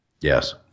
Yes